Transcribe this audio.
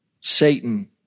Satan